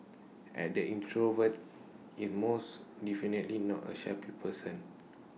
and the introvert is most definitely not A shy person